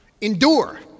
endure